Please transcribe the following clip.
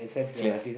clear